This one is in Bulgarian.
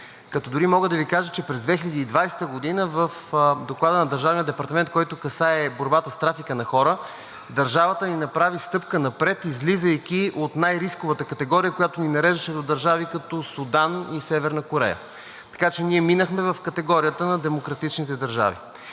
Като дори мога да Ви кажа, че през 2020 г. в Доклада на Държавния департамент, който касае борбата с трафика на хора, държавата ни направи стъпка напред, излизайки от най рисковата категория, която ни нареждаше до държави, като Судан и Северна Корея. Така че ние минахме в категорията на демократичните държави.